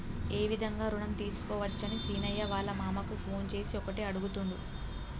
ఏ విధంగా రుణం తీసుకోవచ్చని సీనయ్య వాళ్ళ మామ కు ఫోన్ చేసి ఒకటే అడుగుతుండు